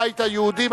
הבית היהודי,